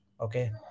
okay